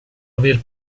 aver